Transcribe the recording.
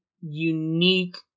unique